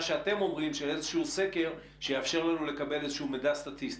שאתם אומרים שאיזשהו סקר שיאפשר לנו לקבל איזשהו מידע סטטיסטי?